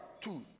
two